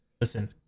Listen